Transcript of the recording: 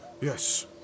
Yes